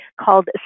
called